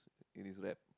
in his rap